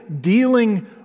dealing